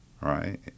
right